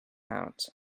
out